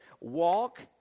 walk